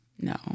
no